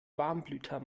warmblüter